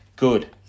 Good